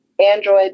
Android